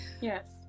yes